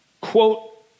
quote